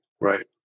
right